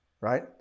right